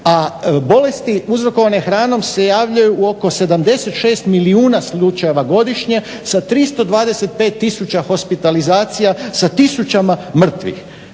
a bolesti uzrokovane hranom se javljaju u oko 76 milijuna slučajeva godišnje sa 325 tisuća hospitalizacija sa tisućama mrtvih.